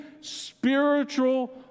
spiritual